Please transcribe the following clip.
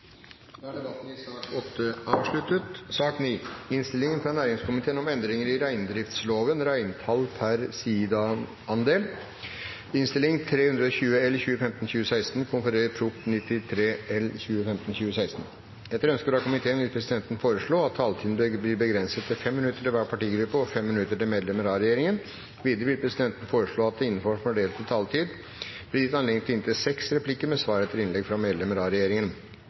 Debatten i sak nr. 8 er omme. Etter ønske fra næringskomiteen vil presidenten foreslå at taletiden blir begrenset til 5 minutter til hver partigruppe og 5 minutter til medlemmer av regjeringen. Videre vil presidenten foreslå at det – innenfor den fordelte taletid – blir gitt anledning til inntil seks replikker med svar etter innlegg fra medlemmer av regjeringen,